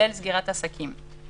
כולל סגירת עסקים.